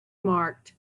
marked